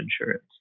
insurance